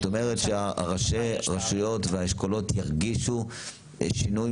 זאת אומרת שראשי הרשויות והאשכולות ירגישו שינוי